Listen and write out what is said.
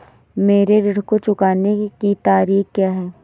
मेरे ऋण को चुकाने की तारीख़ क्या है?